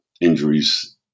injuries